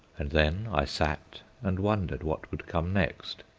and then i sat and wondered what would come next,